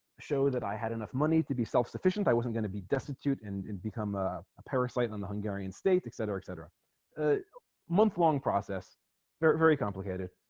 show that i had enough money to be self-sufficient i wasn't going to be destitute and and become ah a parasite on the hungarian state etc etc a month long process very very complicated